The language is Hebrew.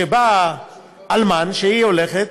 כשבא אלמן, כשהיא הולכת,